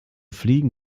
fliegen